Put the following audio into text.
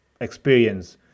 experience